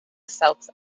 south